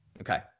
Okay